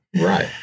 right